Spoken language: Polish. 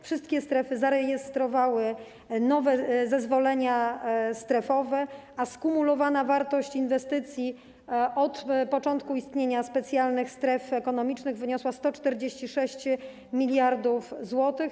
Wszystkie strefy zrejestrowały nowe zezwolenia strefowe, a skumulowana wartość inwestycji od początku istnienia specjalnych stref ekonomicznych wyniosła 146 mld zł.